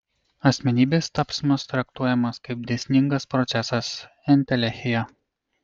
asmenybės tapsmas traktuojamas kaip dėsningas procesas entelechija